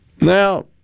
Now